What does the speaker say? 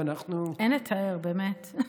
אין לתאר, באמת.